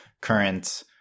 current